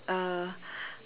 uh